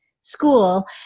school